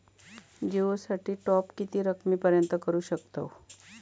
जिओ साठी टॉप किती रकमेपर्यंत करू शकतव?